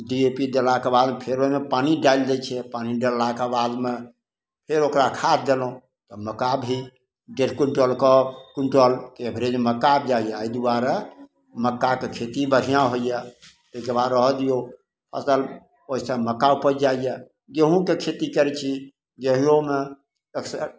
D A P देलाके बाद फेर ओहिमे पानी डालि दै छिए पानी डाललाके बादमे फेर ओकरा खाद देलहुँ मक्का भी डेढ़ क्विण्टलके क्विण्टलके एवरेज मक्का आबि जाइए एहि दुआरे मक्काके खेती बढ़िआँ होइए ताहिके बाद रहऽ दिऔ फसिल ओहिसे मक्का उपजि जाइए गेहूँके खेती करै छी गेहुँओमे अक्सर